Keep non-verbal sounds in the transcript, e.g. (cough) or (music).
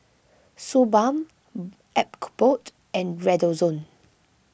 Suu Balm (noise) Abbott and Redoxon